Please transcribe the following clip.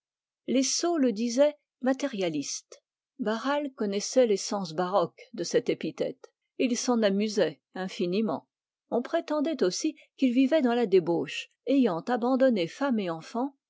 les sots le disaient matérialiste barral connaissait les sens baroques de cette épithète et il s'en amusait infiniment on prétendait aussi qu'il vivait dans la débauche ayant abandonné femme et enfant